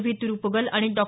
V Tiruppugal आणि डॉ